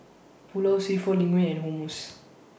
Pulao Seafood Linguine and Hummus